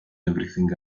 everything